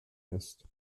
ist